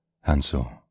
Hansel